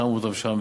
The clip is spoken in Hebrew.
שמו אותם שם,